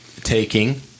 taking